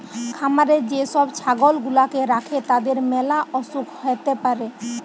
খামারে যে সব ছাগল গুলাকে রাখে তাদের ম্যালা অসুখ হ্যতে পারে